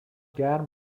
گرم